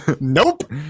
Nope